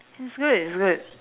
is good is good